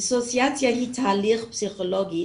דיסאוסיאציה היא תהליך פסיכולוגי